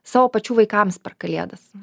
savo pačių vaikams per kalėdas